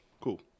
cool